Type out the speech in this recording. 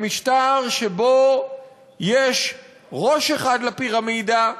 למשטר שבו יש ראש אחד לפירמידה,